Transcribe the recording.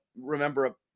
remember